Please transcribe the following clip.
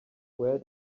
where